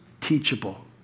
teachable